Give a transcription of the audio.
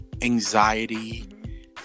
anxiety